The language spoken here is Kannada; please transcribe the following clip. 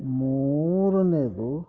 ಮೂರನೇದು